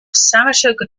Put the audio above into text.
saratoga